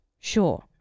sure